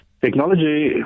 technology